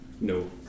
No